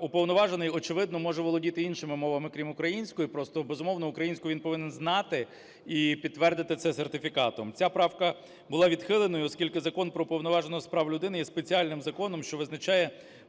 Уповноважений, очевидно, може володіти іншими мовами крім української, просто, безумовно, українську він повинен знати і підтвердити це сертифікатом. Ця правка була відхиленою, оскільки Закон про Уповноваженого з прав людини є спеціальним законом, що визначає